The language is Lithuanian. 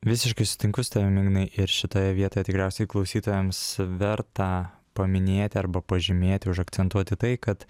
visiškai sutinku su tavim ignai ir šitoje vietoje tikriausiai klausytojams verta paminėti arba pažymėti užakcentuoti tai kad